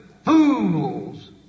Fools